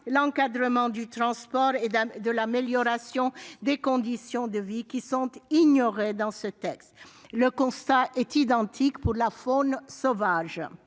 d'encadrement du transport et d'amélioration des conditions de vie sont absentes du texte. Le constat est identique pour la faune sauvage.